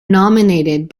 nominated